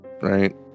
Right